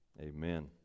amen